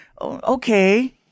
okay